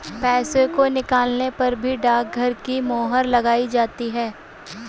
पैसों को निकालने पर भी डाकघर की मोहर लगाई जाती है